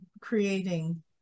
creating